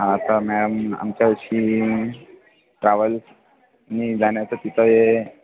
आता मॅम आमच्या अशी ट्रॅव्हल्सनी जाण्याचं तिथं आहे